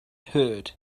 heard